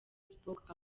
facebook